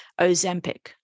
Ozempic